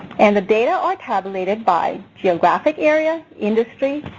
and the data are tabulated by geographic area, industry,